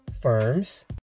Firms